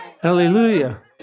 Hallelujah